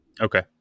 Okay